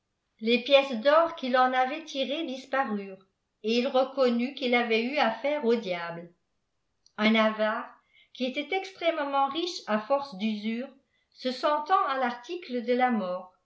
les pièces d'or qu'il en avait tirées disparurent et il reconnut qu'il avait evl affoireau diaue un avare qui était extrêmement riohe à force d'usures w sentant à varticle de la mort